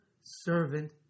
servant